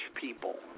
people